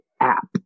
app